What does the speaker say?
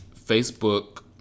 Facebook